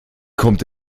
kommt